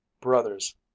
Brothers